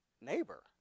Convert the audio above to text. neighbor